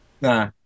Nah